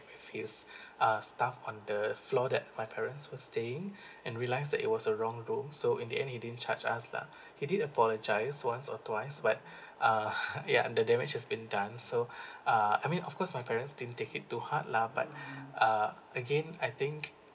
with his uh staff on the floor that my parents were staying and realized that it was a wrong room so in the end he didn't charge us lah he did apologize once or twice but uh ya the damage has been done so uh I mean of course my parents didn't take it to heart lah but uh again I think